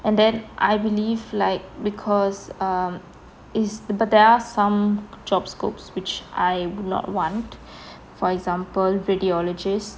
and then I believe like because um is but there are some job scopes which I would not want for example radiologists